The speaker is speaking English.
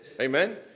Amen